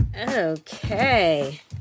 Okay